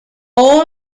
all